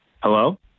Hello